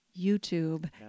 YouTube